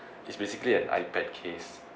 it's basically an iPad case